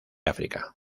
áfrica